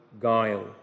guile